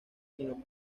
sino